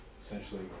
essentially